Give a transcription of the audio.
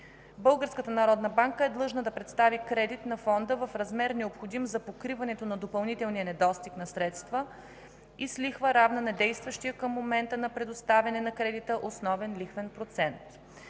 е длъжна да предостави кредит на Фонда в размера, необходим за покриването на допълнителния недостиг на средства, и с лихва, равна на действащия към момента на предоставяне на кредита основен лихвен процент.